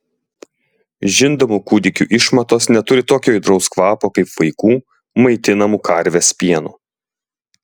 žindomų kūdikių išmatos neturi tokio aitraus kvapo kaip vaikų maitinamų karvės pienu